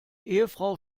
ehefrau